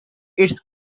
its